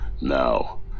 now